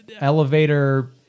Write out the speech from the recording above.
elevator